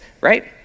Right